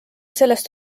sellest